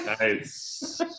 Nice